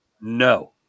No